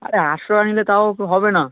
আরে আটশো টাকা নিলে তাও হবে না